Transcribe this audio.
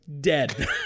Dead